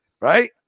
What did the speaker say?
right